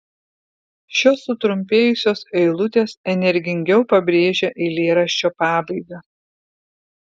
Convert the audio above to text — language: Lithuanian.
šios sutrumpėjusios eilutės energingiau pabrėžia eilėraščio pabaigą